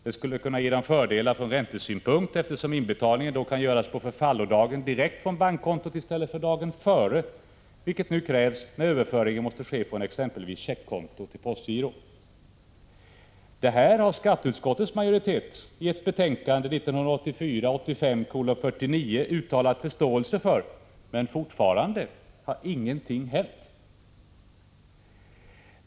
Det skulle kunna ge dem fördelar från räntesynpunkt, eftersom inbetalningen då kan göras på förfallodagen direkt från bankkonto i stället för dagen före, vilket nu krävs när överföring måste ske från exempelvis checkkonto till postgiro. Detta har skatteutskottets majoritet i betänkande 1984/85:49 uttalat förståelse för, men fortfarande har ingenting hänt.